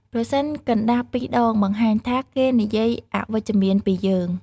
ប្រសិនកណ្តាស់ពីរដង បង្ហាញថា គេនិយាយអវិជ្ជមានពីយើង។